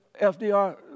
FDR